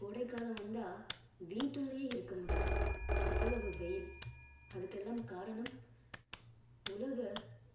கோடைக்காலம் வந்தால் வீட்டு உள்ளேயே இருக்க முடியல அவ்வளவு வெயில் அதுக்கெல்லாம் காரணம் உலக